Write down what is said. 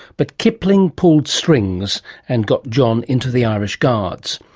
but kipling pulled strings and got john into the irish guards.